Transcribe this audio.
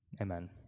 Amen